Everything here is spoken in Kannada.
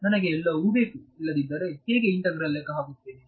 ನನಗೆ ಎಲ್ಲವೂ ಬೇಕುಇಲ್ಲದಿದ್ದರೆ ನಾನು ಹೇಗೆ ಇಂತೆಗ್ರಲ್ ಲೆಕ್ಕ ಹಾಕುತ್ತೇನೆ